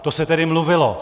To se tedy mluvilo.